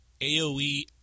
AOE